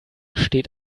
steht